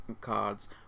cards